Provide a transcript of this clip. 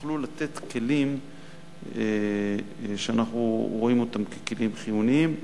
יוכלו לתת כלים שאנחנו רואים אותם ככלים חיוניים,